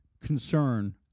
concern